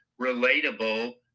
relatable